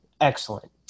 Excellent